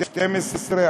12,